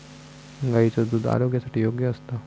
गायीचा दुध आरोग्यासाठी योग्य असता